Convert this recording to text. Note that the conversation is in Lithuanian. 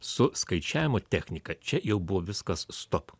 su skaičiavimo technika čia jau buvo viskas stop